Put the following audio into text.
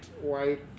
white